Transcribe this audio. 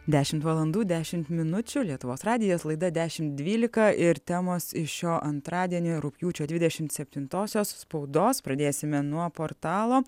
dešimt valandų dešimt minučių lietuvos radijas laida dešimt dvylika ir temos iš šio antradienio rugpjūčio dvidešimt septintosios spaudos pradėsime nuo portalo